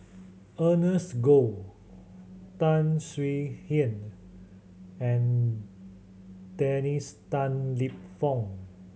Ernest Goh Tan Swie Hian and Dennis Tan Lip Fong